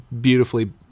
beautifully